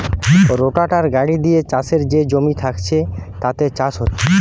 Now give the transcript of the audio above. রোটাটার গাড়ি দিয়ে চাষের যে জমি থাকছে তাতে চাষ হচ্ছে